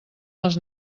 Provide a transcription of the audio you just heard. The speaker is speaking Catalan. les